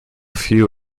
few